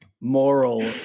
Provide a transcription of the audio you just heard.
moral